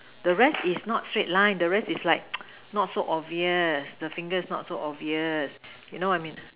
the rest is not straight line the rest is like not so obvious the fingers is not so obvious you know I mean